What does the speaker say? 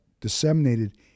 disseminated